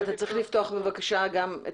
אני שמח להיות כאן.